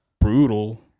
brutal